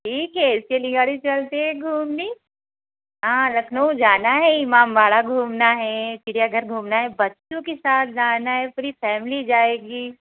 ठीक है इसके लिए गाड़ी से चलते हैं घूमने हाँ लखनऊ जाना है इमामबाड़ा घूमना है चिड़ियाघर घूमना है बच्चों के साथ जाना है पूरी फैमिली जाएगी